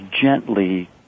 gently